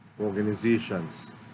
organizations